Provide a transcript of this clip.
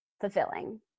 fulfilling